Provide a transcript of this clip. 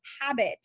habit